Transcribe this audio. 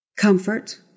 comfort